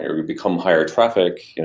or become higher traffic,